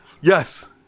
Yes